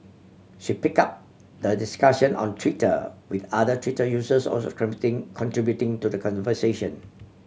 she pick up the discussion on Twitter with other Twitter users also contributing to the